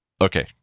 Okay